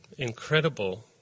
incredible